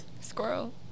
Squirrel